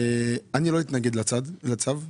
אני לא אתנגד לצו,